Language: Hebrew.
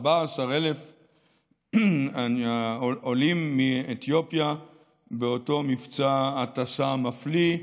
14,000 העולים מאתיופיה באותו מבצע הטסה מפליא.